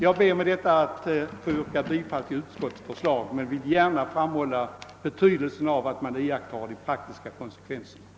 Jag ber med detta att få yrka bifall till utskottets förslag, men jag vill gärna framhålla betydelsen av att man beaktar de praktiska konsekvenserna.